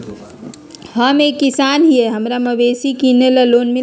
हम एक किसान हिए हमरा मवेसी किनैले लोन मिलतै?